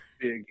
Big